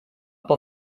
por